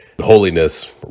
holiness